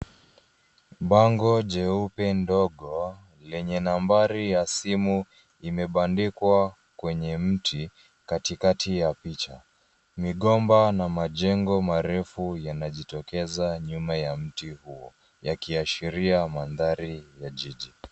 Bango jeupe ndogo lenye nambari ya simu limebandikwa kwenye mti katikati ya picha. Migomba ma majengo marefu yanajitokeza nyuma ya mti huo yakiashiria mandhari ya jiji.